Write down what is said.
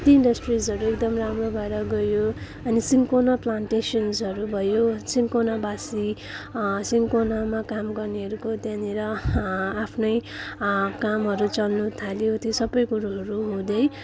T इन्डस्ट्रिजहरू एकदम राम्रो भएर गयो अनि सिन्कोना प्लान्टेसन्सहरू भयो सिन्कोनावासी सिन्कोनामा काम गर्नेहरूको त्यहाँनिर आफ्नै कामहरू चल्नु थाल्यो त्यो सबै कुरोहरू हुँदै